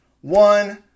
One